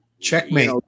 checkmate